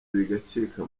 bigacika